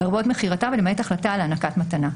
לרבות מכירתה ולמעט החלטה על הענקת מתנה,